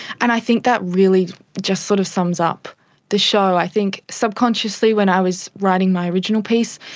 and i think that really just sort of sums up the show. i think subconsciously when i was writing my original piece,